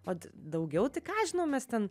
vat daugiau tai ką aš žinau mes ten